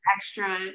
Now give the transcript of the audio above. extra